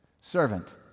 Servant